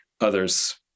Others